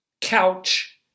couch